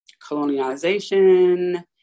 colonialization